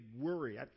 worry